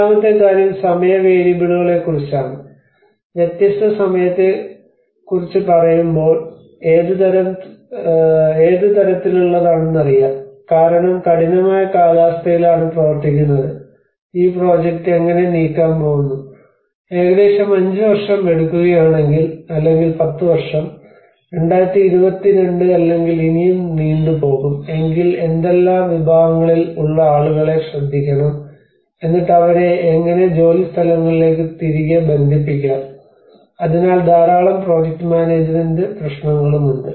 രണ്ടാമത്തെ കാര്യം സമയ വേരിയബിളുകളെക്കുറിച്ചാണ് വ്യത്യസ്ത സമയത്തെക്കുറിച്ച് പറയുമ്പോൾ ഏതുതരം തരത്തിലുള്ളതാണെന്ന് അറിയാം കാരണം കഠിനമായ കാലാവസ്ഥയിലാണ് പ്രവർത്തിക്കുന്നത് ഈ പ്രോജക്റ്റ് എങ്ങനെ നീക്കാൻ പോകുന്നു ഏകദേശം 5 വർഷം എടുക്കുകയാണെങ്കിൽ അല്ലെങ്കിൽ 10 വർഷം 2022 അല്ലെങ്കിൽ ഇനിയും നീണ്ടു പോകും എങ്കിൽ ഏതെല്ലാം വിഭാഗങ്ങളിൽ ഉള്ള ആളുകളെ ശ്രദ്ധിക്കണം എന്നിട്ട് അവരെ എങ്ങനെ ജോലിസ്ഥലങ്ങളിലേക്ക് തിരികെ ബന്ധിപ്പിക്കാം അതിനാൽ ധാരാളം പ്രോജക്റ്റ് മാനേജുമെൻറ് പ്രശ്നങ്ങളും ഉണ്ട്